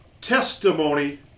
testimony